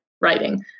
writing